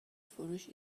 فروش